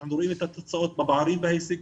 אנחנו רואים את התוצאות בפערים ובהישגים,